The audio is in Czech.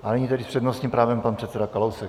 A nyní tedy s přednostním právem pan předseda Kalousek.